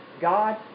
God